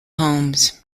homes